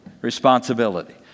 responsibility